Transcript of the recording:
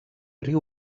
riu